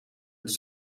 het